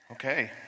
Okay